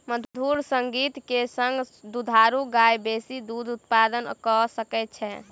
मधुर संगीत के संग दुधारू गाय बेसी दूध उत्पादन कअ सकै छै